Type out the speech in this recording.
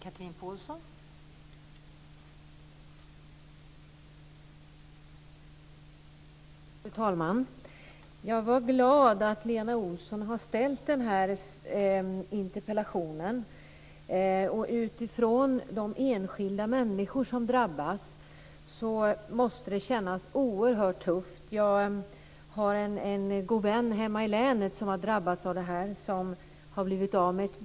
Fru talman! Jag är glad att Lena Olsson har ställt den här interpellationen. För de enskilda människor som drabbas måste detta kännas oerhört tufft. Jag har en god vän hemma i länet som blivit av med ett ben och som drabbats av det här.